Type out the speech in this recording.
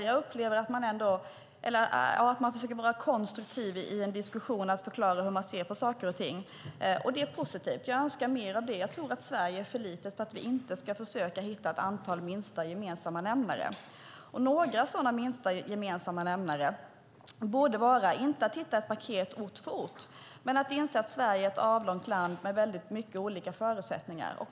Jag upplever att man försöker vara konstruktiv i diskussionen och förklara hur man ser på saker och ting. Det är positivt. Jag önskar mer av det. Jag tror att Sverige är för litet för att vi inte ska försöka hitta ett antal minsta gemensamma nämnare. Några sådana minsta gemensamma nämnare borde vara inte att hitta ett paket ort för ort utan inse att Sverige är ett avlångt land med många olika förutsättningar.